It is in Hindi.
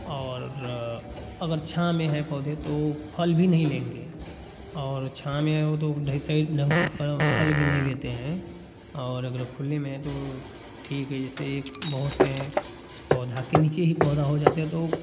और अगर छाँव में है पौधे तो फल भी नही लेंगे और छाँव में हो तो ढइ सही ढंग से फय फल भी नहीं लेते हैं और अगर खुले में है तो ठीक है जैसे एक बहुत से पौधा के नीचे ही पौधा हो जाते हैं तो